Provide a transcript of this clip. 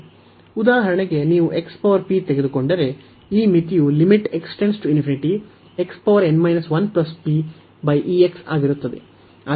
ಉದಾಹರಣೆಗೆ ನೀವು ತೆಗೆದುಕೊಂಡರೆ ಈ ಮಿತಿಯು ಆಗುತ್ತದೆ